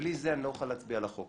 בלי זה, אני לא אוכל להצביע על החוק.